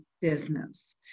business